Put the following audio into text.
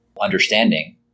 understanding